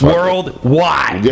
Worldwide